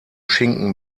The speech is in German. schinken